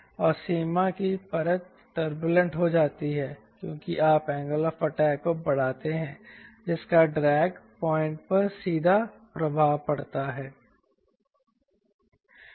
और सीमा की परत टर्बूलेंट हो जाती है क्योंकि आप एंगल ऑफ़ अटैक को बढ़ाते हैं जिसका ड्रैग पॉइंट पर सीधा प्रभाव पड़ता है